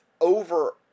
over